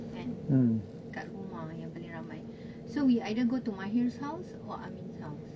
kan kat rumah yang paling ramai so we either go to mahir's house or amin's house